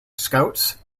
scouts